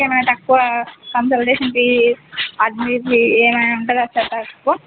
fee ఏమైనా తక్కువ consultation fee admin fee ఏమైనా ఉంటుందా సార్ తక్కువ